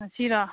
ꯉꯁꯤꯔꯣ